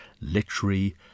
literary